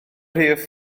rhif